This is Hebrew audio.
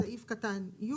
בסעיף קטן (י)